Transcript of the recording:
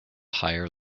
higher